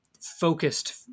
focused